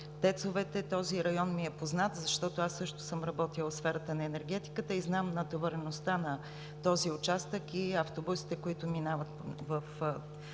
тецовете – този район ми е познат, защото аз също съм работила в сферата на енергетиката и знам натовареността на този участък и автобусите, които минават по